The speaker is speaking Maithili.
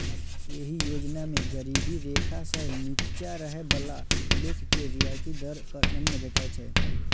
एहि योजना मे गरीबी रेखा सं निच्चा रहै बला लोक के रियायती दर पर अन्न भेटै छै